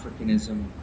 Africanism